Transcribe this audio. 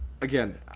Again